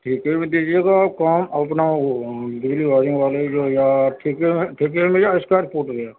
ٹھیکے پہ ڈگی گا کون اپنا دھیلی وائرنگ والی جو یا ٹھیکے میں ٹھیکے میں یا اسکوائر فٹ میں